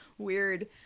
Weird